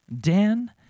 Dan